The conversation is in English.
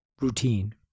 routine